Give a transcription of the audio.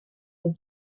akan